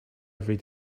every